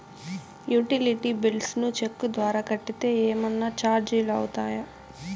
Utility bills ను cheque ద్వారా కట్టితే ఏమన్నా చార్జీలు అవుతాయా?